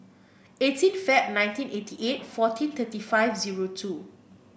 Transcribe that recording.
eighteen Feb nineteen eighty eight fourteen thirty five zero two